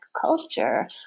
culture